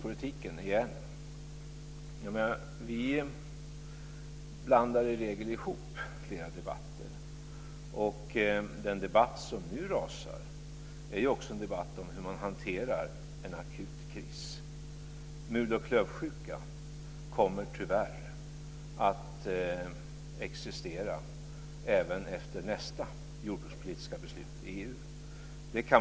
Vad återigen gäller jordbrukspolitiken blandar vi i regel ihop flera debatter. Den debatt som nu rasar är också en debatt om hur man hanterar en akut kris. Mul och klövsjukan kommer tyvärr att existera även efter nästa jordbrukspolitiska beslut i EU.